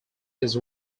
his